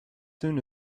soon